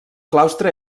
claustre